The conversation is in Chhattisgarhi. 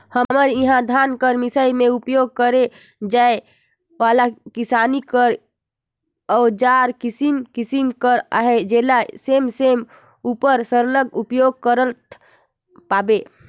हमर इहा धान कर मिसई मे उपियोग करे जाए वाला किसानी कर अउजार किसिम किसिम कर अहे जेला समे समे उपर सरलग उपियोग करत पाबे